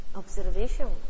observation